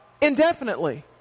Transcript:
indefinitely